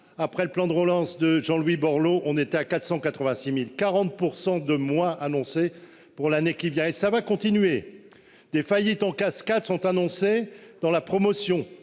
après le plan de relance de Jean-Louis Borloo, on était à 486.040% de moins annoncé pour l'année qui vient et ça va continuer. Des faillites en cascade. Sont annoncés dans la promotion